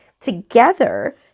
together